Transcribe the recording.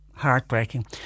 heartbreaking